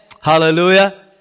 Hallelujah